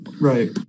right